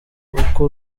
uko